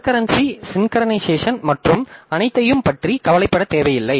concurrency synchronisation மற்றும் அனைத்தையும் பற்றி கவலைப்பட தேவையில்லை